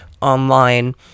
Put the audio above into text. online